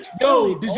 Yo